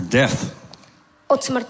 death